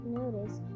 notice